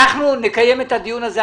אנחנו נקיים את הדיון הזה,